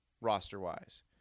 roster-wise